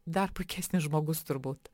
dar puikesnis žmogus turbūt